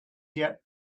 yet